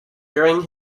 during